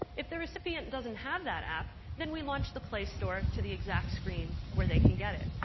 if the recipient doesn't have that app, then we launch the play store to the exact screen where they can get it.